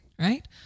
right